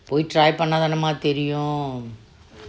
try